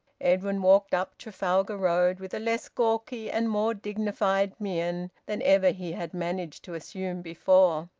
edwin walked up trafalgar road with a less gawky and more dignified mien than ever he had managed to assume before.